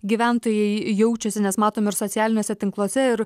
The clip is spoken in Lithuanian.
gyventojai jaučiasi nes matom ir socialiniuose tinkluose ir